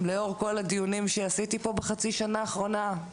לאור כל הדיונים שעשיתי פה בחצי השנה האחרונה?